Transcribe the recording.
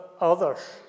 others